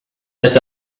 that